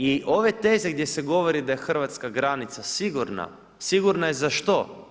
I ove teze gdje se govori da je hrvatska granica sigurna, sigurna je za što?